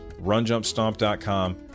runjumpstomp.com